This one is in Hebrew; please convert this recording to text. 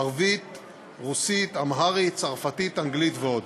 ערבית, רוסית, אמהרית, צרפתית, אנגלית ועוד.